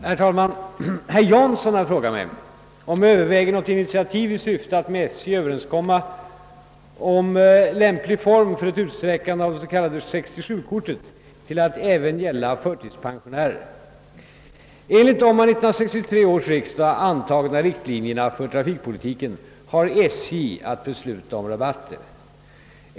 Herr talman! Herr Jansson har frågat mig om jag överväger något initiativ i syfte att med SJ överenskomma om lämplig form för ett utsträckande av det s.k. 67-kortet till att även gälla förtidspensionärer. na riktlinjerna för trafikpolitiken har SJ att besluta om rabatter.